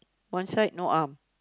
one side no arm